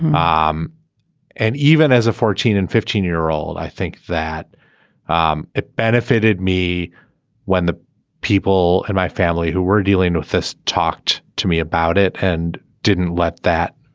um and even as a fourteen and fifteen year old i think that um it benefited me when the people in my family who were dealing with this talked to me about it and didn't let that.